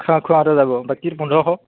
খোৱা খোৱাতে যাব বাকী পোন্ধৰশ